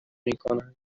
میکنند